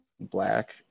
Black